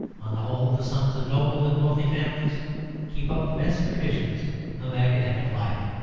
on the whole, the sons of noble and wealthy families keep up the best traditions of academic life.